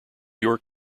york